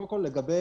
קודם כול, אין